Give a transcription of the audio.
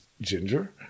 Ginger